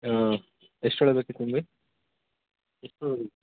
ಹಾಂ ಎಷ್ಟೇಳ್ಬೇಕಿತ್ತಂದ್ರಿ